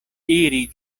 iri